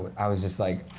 i was just like,